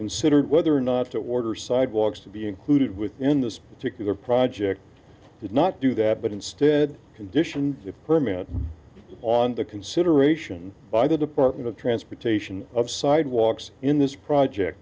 considered whether or not to order sidewalks to be included within this particular project did not do that but instead conditions permit on the consideration by the department of transportation of sidewalks in this project